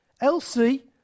Elsie